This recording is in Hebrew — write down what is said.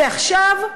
ועכשיו,